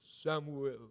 Samuel